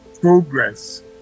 progress